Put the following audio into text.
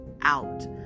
out